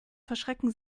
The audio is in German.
verschrecken